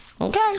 Okay